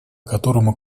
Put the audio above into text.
которому